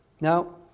Now